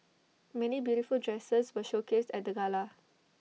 many beautiful dresses were showcased at the gala